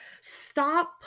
stop